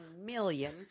million